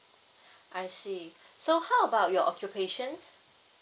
I see so how about your occupations